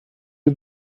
you